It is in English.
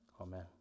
Amen